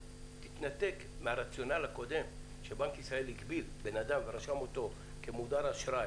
תתנתק מהרציונל הקודם שבנק ישראל הגביל בן אדם ורשם אותו כמודר אשראי,